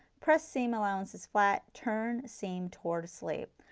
press seam allowances flat, turn seam towards sleeve.